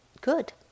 good